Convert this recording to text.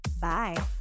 Bye